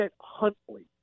Huntley